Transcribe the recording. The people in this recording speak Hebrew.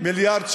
מיליארד שקל,